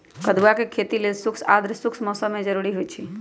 कदुआ के खेती लेल शुष्क आद्रशुष्क मौसम कें जरूरी होइ छै